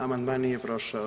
Amandman nije prošao.